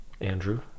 Andrew